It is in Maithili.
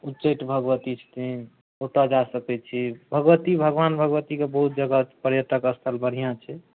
उच्चैठ भगवती छथिन ओतऽ जा सकैत छी आओर भगवती भगवान भगवतीके बहुत जगह पर्यटक स्थल बढ़िआँ छै